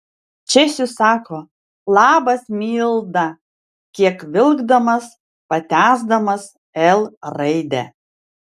česius sako labas milda kiek vilkdamas patęsdamas l raidę